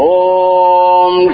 om